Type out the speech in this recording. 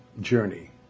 journey